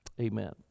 Amen